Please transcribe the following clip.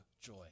joy